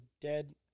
dead